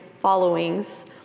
followings